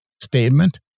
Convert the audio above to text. statement